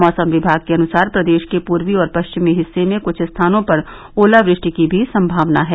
मौसम विभाग के अनुसार प्रदेश के पूर्वी और पश्चिमी हिस्से में क्छ स्थानों पर ओलावृष्टि की भी संभावना है